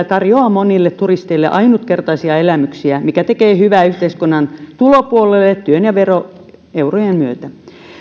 tarjoaa monille turisteille ainutkertaisia elämyksiä mikä tekee hyvää yhteiskunnan tulopuolelle työn ja veroeurojen myötä